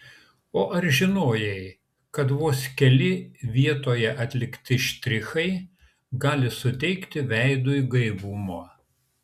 o ar žinojai kad vos keli vietoje atlikti štrichai gali suteikti veidui gaivumo